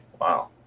Wow